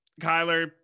kyler